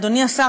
אדוני השר,